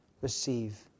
receive